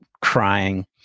crying